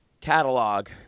catalog